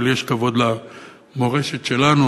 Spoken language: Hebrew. ולי יש כבוד למורשת שלנו,